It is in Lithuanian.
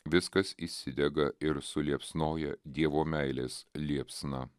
viskas įsidega ir suliepsnoja dievo meilės liepsna